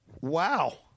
wow